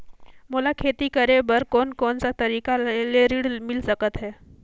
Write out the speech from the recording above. मोला खेती करे बर कोन कोन सा तरीका ले ऋण मिल सकथे?